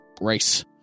race